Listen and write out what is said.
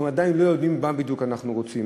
אנחנו עדיין לא יודעים מה בדיוק אנחנו רוצים.